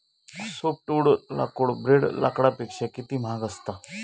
softwood लाकूड ब्रेड लाकडापेक्षा कमी महाग असता